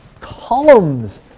columns